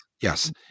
Yes